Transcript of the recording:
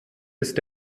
ist